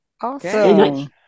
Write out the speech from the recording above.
Awesome